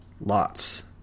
lots